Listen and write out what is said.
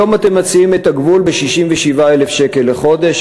היום אתם מציעים את הגבול ב-67,000 שקל לחודש,